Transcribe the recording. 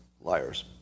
liars